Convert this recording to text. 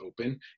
open